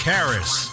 Harris